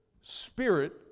Spirit